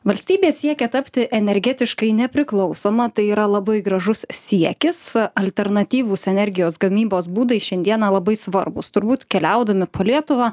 valstybė siekia tapti energetiškai nepriklausoma tai yra labai gražus siekis alternatyvūs energijos gamybos būdai šiandieną labai svarbūs turbūt keliaudami po lietuvą